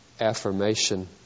affirmation